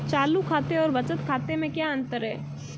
चालू खाते और बचत खाते में क्या अंतर है?